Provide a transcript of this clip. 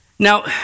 Now